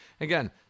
Again